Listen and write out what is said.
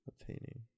obtaining